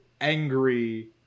angry